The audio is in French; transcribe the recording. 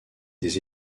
des